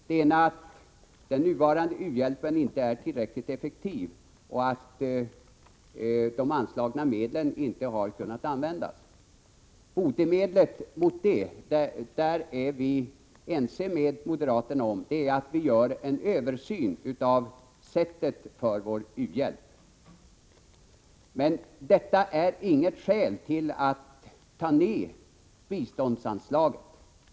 Den ena är att den nuvarande u-hjälpen inte är tillräckligt effektiv och att de anslagna medlen inte har kunnat användas. Botemedlet mot det — där är vi ense med moderaterna — är en översyn av sättet för vår u-hjälp. Men detta är inget skäl till att ta ner biståndsanslaget.